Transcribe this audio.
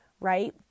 Right